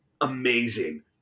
amazing